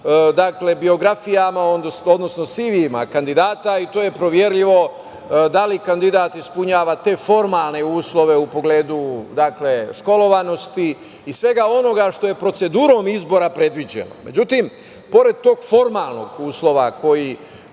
u biografijama, odnosno CV-jima kandidata i to je proverljivo da li kandidat ispunjava te formalne uslove u pogledu školovanosti i svega onoga što je procedurom izbora predviđeno. Pored tog formalnog uslova koji